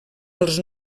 els